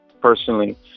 personally